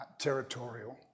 territorial